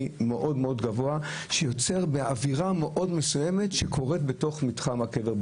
גבוה מאוד שיוצר אווירה מסוימת מאוד שקורית בתוך מתחם הקבר,